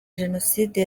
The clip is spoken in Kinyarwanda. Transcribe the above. jenoside